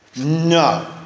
No